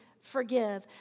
forgive